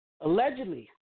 Allegedly